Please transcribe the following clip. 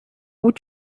would